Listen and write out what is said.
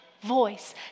voice